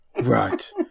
Right